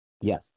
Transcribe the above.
Yes